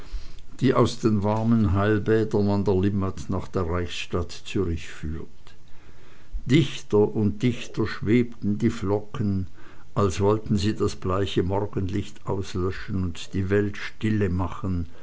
die aus den warmen heilbädern an der limmat nach der reichsstadt zürich führt dichter und dichter schwebten die flocken als wollten sie das bleiche morgenlicht auslöschen und die welt